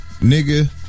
Nigga